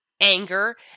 anger